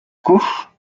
kurz